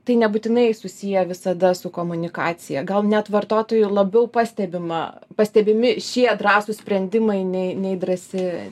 tai nebūtinai susiję visada su komunikacija gal net vartotojų labiau pastebima pastebimi šie drąsūs sprendimai nei nei drąsi